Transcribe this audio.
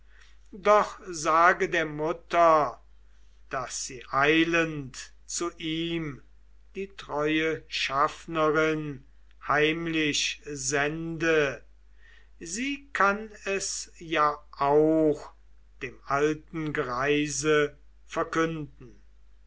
doch sage der mutter daß sie eilend zu ihm die treue schaffnerin heimlich sende sie kann es ja auch dem alten greise verkünden